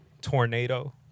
tornado